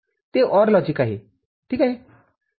ते OR logic आहे ठीक आहे